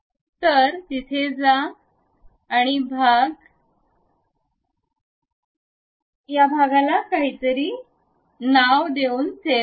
तर तेथे जा आणि भाग 1a सारखे काहीतरी नाव देऊन सेव्ह करा